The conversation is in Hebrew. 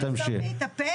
אתה מנסה לסתום לי את הפה?